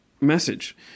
message